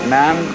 man